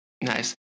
Nice